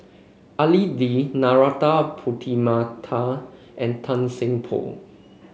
Al Dim Narana Putumaippittan and Tan Seng Poh